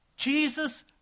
Jesus